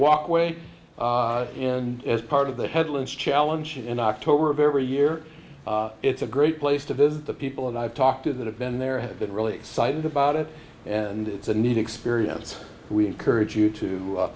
walkway and as part of the headless challenge in october of every year it's a great place to visit the people i've talked to that have been there have been really excited about it and it's a neat experience we encourage you to